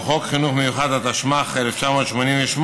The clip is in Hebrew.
או חוק חינוך מיוחד, התשמ"ח 1988,